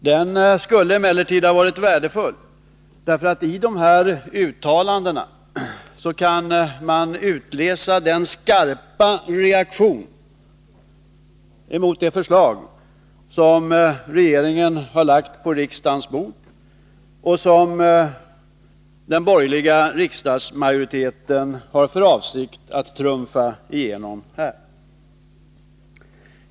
Den skulle emellertid ha varit värdefull, för i de här uttalandena kan man utläsa den skarpa reaktionen mot det förslag som regeringen har lagt på riksdagens bord och som den borgerliga riksdagsmajoriteten har för avsikt att trumfa igenom.